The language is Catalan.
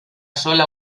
sola